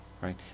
Right